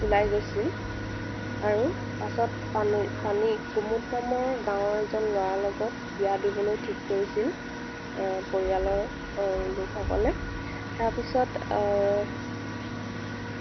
ওলাই গৈছিল আৰু পাছত পানৈ পানীত কুমুদ নামৰ গাঁৱৰ এজন ল'ৰাৰ লগত বিয়া দিবলৈ ঠিক কৰিছিল পৰিয়ালৰ লোকসকলে তাৰপিছত